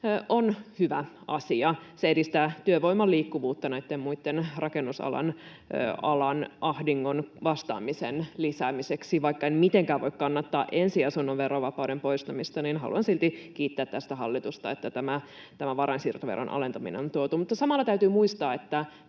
on hyvä asia. Se edistää työvoiman liikkuvuutta muuhun rakennusalan ahdinkoon vastaamisen lisäämiseksi. Vaikka en mitenkään voi kannattaa ensiasunnon verovapauden poistamista, niin haluan silti kiittää tästä hallitusta, että tämä varainsiirtoveron alentaminen on tuotu. Samalla täytyy muistaa,